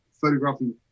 photographing